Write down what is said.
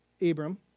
Abram